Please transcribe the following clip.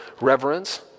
reverence